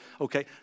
okay